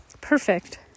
perfect